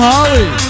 Holly